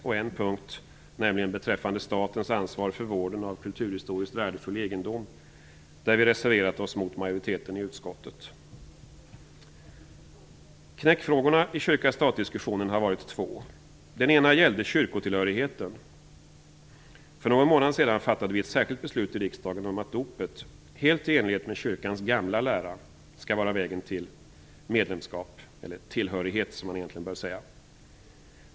På en punkt, nämligen den beträffande statens ansvar för vården av kulturhistoriskt värdefull egendom, har vi moderater reserverat oss mot majoriteten i utskottet. Knäckfrågorna i kyrka-stat-diskussionen har varit två. Den ena gällde kyrkotillhörigheten. För någon månad sedan fattade riksdagen ett särskilt beslut om att dopet, helt i enlighet med kyrkans gamla lära, skall vara vägen till medlemskap, eller tillhörighet, som man egentligen bör säga.